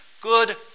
good